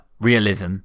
realism